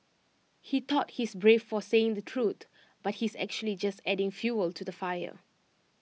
he thought he's brave for saying the truth but he's actually just adding fuel to the fire